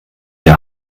der